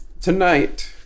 tonight